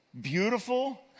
beautiful